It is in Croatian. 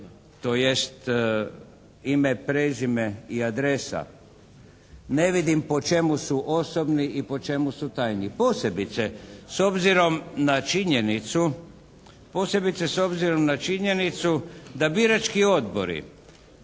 tj. ime, prezime i adresa, ne vidim po čemu su osobni i po čemu su tajni. Posebice, s obzirom na činjenicu, da birački odbori